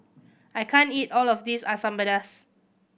I can't eat all of this Asam Pedas